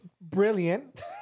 brilliant